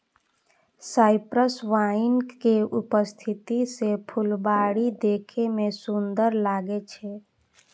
cypress vine के उपस्थिति सं फुलबाड़ी देखै मे सुंदर लागै छै